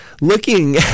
looking